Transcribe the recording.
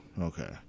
okay